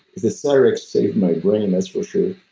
the cyrex saved my brain, that's for sure.